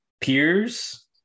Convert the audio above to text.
peers